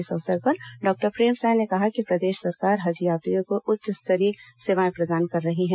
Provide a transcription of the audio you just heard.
इस अवसर पर डॉक्टर प्रेमसाय ने कहा कि प्रदेश सरकार हज यात्रियों को उच्च स्तरीय सेवाएं प्रदान कर रही है